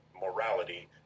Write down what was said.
morality